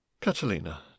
Catalina